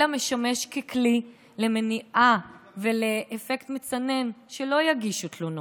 אלא משמש ככלי למניעה ולאפקט מצנן כדי שלא יגישו תלונות,